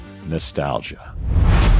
nostalgia